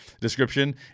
description